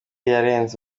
yaranze